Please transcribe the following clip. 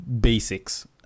basics